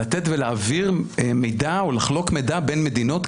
לתת ולהעביר מידע או לחלוק מידע בין מדינות.